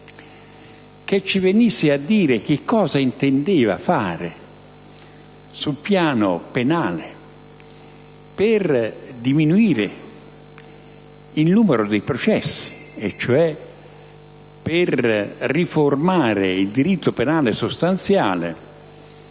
che poi sono state abbandonate; cosa volesse fare sul piano penale per diminuire il numero dei processi, cioè per riformare il diritto penale sostanziale,